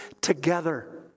together